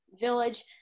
village